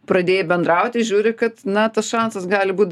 pradėjai bendrauti žiūri kad na tas šansas gali būt